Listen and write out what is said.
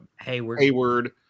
Hayward